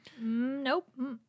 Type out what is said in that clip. Nope